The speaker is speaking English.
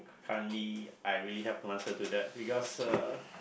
currently I really have no answer to that because uh